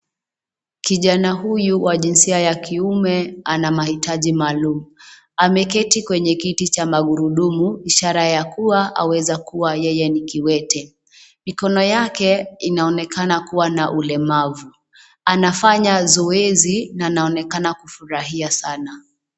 Kijana huyu wa jinsia ya kiume, ana mahitaji maalum. Ameketi kwenye kiti cha magurudumu ishara ya kuwa aweza kuwa yeye ni kiwete. Mikono yake inaonekana kuwa na ulemavu. Anafanya zoezi na anaonekana kufurahia sana.